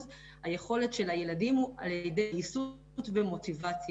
היכולת שלהם היא על ידי ויסות ומוטיבציה,